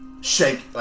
shake